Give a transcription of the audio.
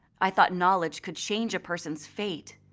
i thought knowledge could change a person's fate.